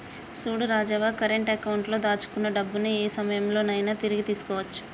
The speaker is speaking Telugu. చూడు రాజవ్వ కరెంట్ అకౌంట్ లో దాచుకున్న డబ్బుని ఏ సమయంలో నైనా తిరిగి తీసుకోవచ్చు